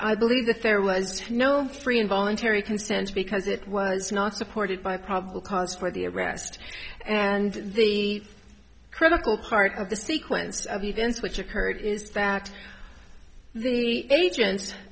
i believe that there was no three involuntary consent because it was not supported by probable cause for the arrest and the critical part of the sequence of events which occurred is that the agent